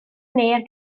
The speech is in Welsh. wneir